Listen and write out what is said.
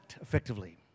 effectively